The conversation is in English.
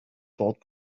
gold